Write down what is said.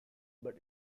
but